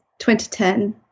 2010